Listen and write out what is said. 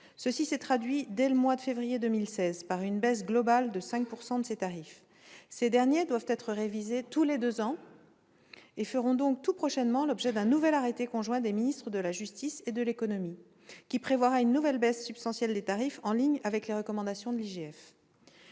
qui a entraîné, dès le mois de février 2016, une baisse globale de 5 % de ces tarifs. Ces derniers doivent être révisés tous les deux ans et feront donc tout prochainement l'objet d'un nouvel arrêté conjoint des ministres de la justice et de l'économie, qui prévoira une nouvelle baisse substantielle des tarifs en ligne avec les recommandations de